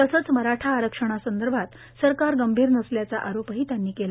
तसंच मराठा आरक्षणासंदर्भात सरकार गंभीर नसल्याचा आरोपही त्यांनी केला